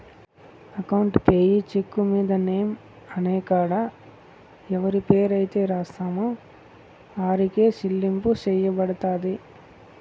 account payee cheque మీద name అనే కాడ ఎవరి పేరైతే రాస్తామో ఆరికే సెల్లింపు సెయ్యబడతది